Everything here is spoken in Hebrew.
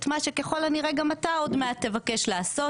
מה שככל הנראה גם אתה עוד מעט תבקש לעשות,